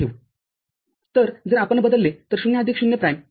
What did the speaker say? तर जर आपण बदलले तर ०आदिक ० प्राईम y